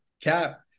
cap